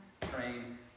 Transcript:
train